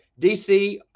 DC